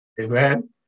Amen